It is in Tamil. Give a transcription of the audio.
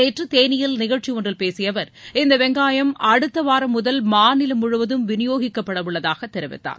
நேற்று தேனியில் நிகழ்ச்சியொன்றில் பேசிய அவர் இந்த வெங்காயம் அடுத்த வாரம் முதல் மாநிலம் முழுவதும் வினியோகிக்கப்பட உள்ளதாக தெரிவித்தார்